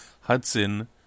Hudson